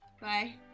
Bye